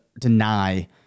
deny